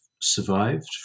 survived